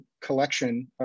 collection